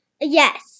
Yes